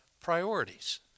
priorities